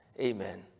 Amen